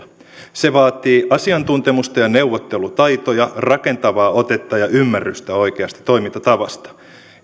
se vaatii asiantuntemusta ja neuvottelutaitoja rakentavaa otetta ja ymmärrystä oikeasta toimintatavasta